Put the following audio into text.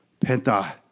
Penta